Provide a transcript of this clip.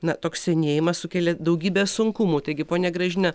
na toks senėjimas sukelia daugybę sunkumų taigi ponia gražina